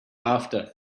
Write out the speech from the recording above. after